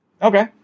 Okay